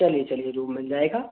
चलिए चलिए रूम मिल जाएगा